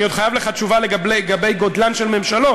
אני עוד חייב לך תשובה לגבי גודלן של ממשלות.